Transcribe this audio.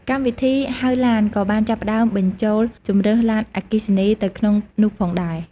កម្មវិធីហៅឡានក៏បានចាប់ផ្តើមបញ្ចូលជម្រើសឡានអគ្គីសនីទៅក្នុងនោះផងដែរ។